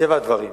מטבע הדברים,